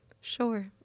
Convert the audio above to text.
Sure